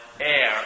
air